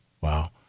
Wow